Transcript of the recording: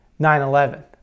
9-11